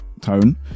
tone